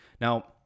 now